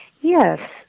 Yes